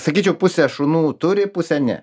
sakyčiau pusė šunų turi pusė ne